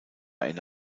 eine